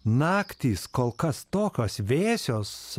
naktys kol kas tokios vėsios